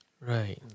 Right